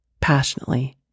passionately